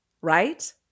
right